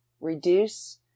Reduce